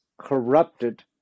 corrupted